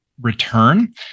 return